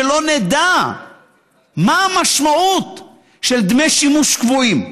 שלא נדע מה המשמעות של דמי שימוש קבועים.